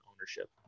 ownership